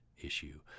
issue